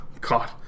God